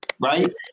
Right